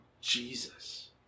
Jesus